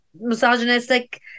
misogynistic